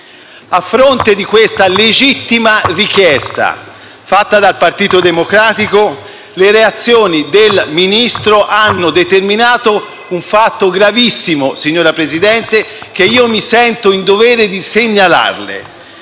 A fronte di questa legittima richiesta avanzata dal Partito Democratico, le reazioni del Ministro hanno determinato un fatto gravissimo, signor Presidente, che mi sento in dovere di segnalarle.